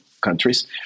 countries